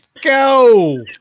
go